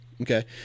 Okay